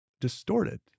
distorted